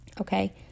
Okay